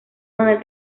donde